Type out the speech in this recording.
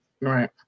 Right